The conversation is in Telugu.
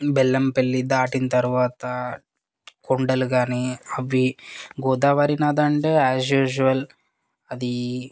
బెల్లంపల్లి దాటిన తర్వాత కొండలు కానీ అవి గోదావరి నది అంటే ఆస్ యూజుఅల్ అది